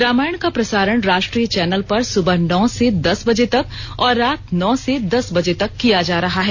रामायण का प्रसारण राष्ट्रीय चौनल पर सुबह नौ से दस बजे तक और रात नौ से दस बजे तक किया जा रहा है